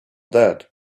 that